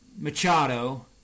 Machado